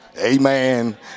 Amen